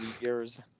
years